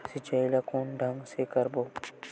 सिंचाई ल कोन ढंग से करबो?